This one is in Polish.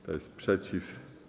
Kto jest przeciw?